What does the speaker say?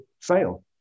fail